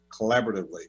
collaboratively